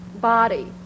body